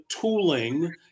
tooling